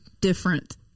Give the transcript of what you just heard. different